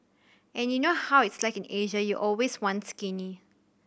and you know how it's like in Asia you always want skinny